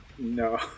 No